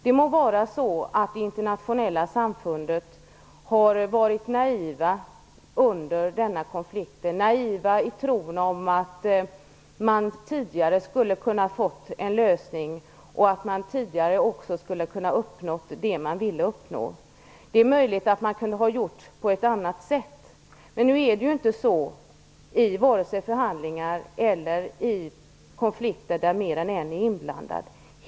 Det må vara så att det internationella samfundet har varit naivt under denna konflikt i tron att man tidigare skulle ha kunnat få en lösning och uppnå det man ville uppnå. Det är möjligt att man kunde ha gjort på ett annat sätt. Men nu är det inte så, vare sig i förhandlingar eller konflikter där mer än en är inblandad.